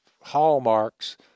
hallmarks